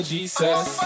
Jesus